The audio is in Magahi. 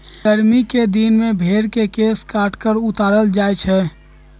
गरमि कें दिन में भेर के केश काट कऽ उतारल जाइ छइ